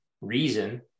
reason